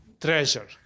treasure